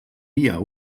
via